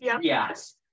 Yes